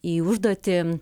į užduotį